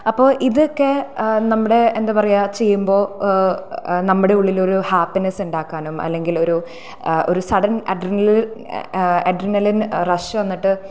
അപ്പോൾ ഇതൊക്കെ നമ്മുടെ എന്താ പറയുക ചെയ്യുമ്പോൾ നമ്മുടെ ഉള്ളിൽ ഒരു ഹാപ്പിനെസ്സ് ഉണ്ടാക്കാനും അല്ലെങ്കിൽ ഒരു സഡൻ അഡ്രിനൽ അഡ്രിനാലിൻ റഷ് വന്നിട്ട്